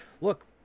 look